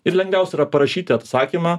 ir lengviausia yra parašyti atsakymą